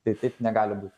tai taip negali būt